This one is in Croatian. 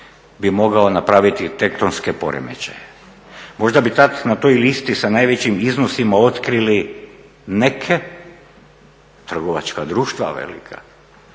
bi mogao napraviti tektonske poremećaje. Možda bi tada na toj listi sa najvećim iznosima otkrili neke, trgovačka društva velika